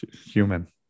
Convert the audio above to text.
human